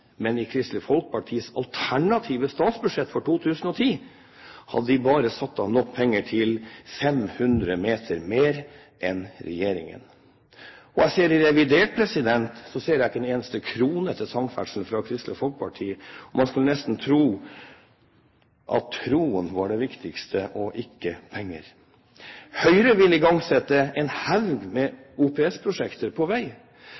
men i Kristelig Folkepartis alternative statsbudsjett for 2010 hadde de bare satt av nok penger til 500 meter mer vei enn regjeringen. Jeg ser ikke en eneste krone til samferdsel fra Kristelig Folkeparti i revidert. Man skulle nesten tro at troen var det viktigste og ikke penger. Høyre vil igangsette en haug med OPS-prosjekter på vei,